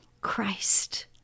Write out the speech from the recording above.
Christ